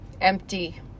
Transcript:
empty